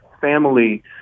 family